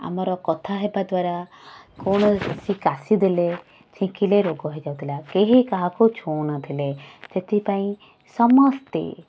ଆମର କଥା ହେବା ଦ୍ଵାରା କୌଣସି କାଶି ଦେଲେ ଛିଙ୍କିଲେ ରୋଗ ହେଇଯାଉଥିଲା କେହି କାହାକୁ ଛୁଉଁନଥିଲେ ସେଥିପାଇଁ ସମସ୍ତେ